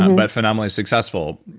um but phenomenally successful,